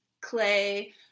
clay